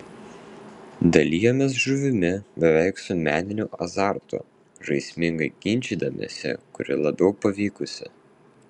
dalijomės žuvimi beveik su meniniu azartu žaismingai ginčydamiesi kuri labiau pavykusi